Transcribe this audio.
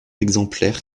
exemplaires